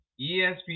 ESPN